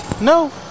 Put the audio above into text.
No